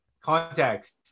Context